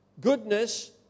goodness